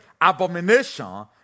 abomination